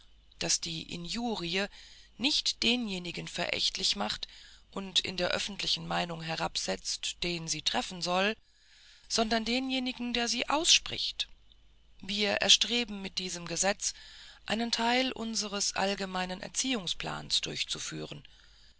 daß die injurie nicht denjenigen verächtlich macht und in der öffentlichen meinung herabsetzt den sie treffen soll sondern denjenigen der sie ausspricht wir erstreben mit diesem gesetz einen teil unsres allgemeinen erziehungsplanes durchzuführen